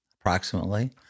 approximately